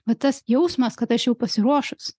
va tas jausmas kad aš jau pasiruošus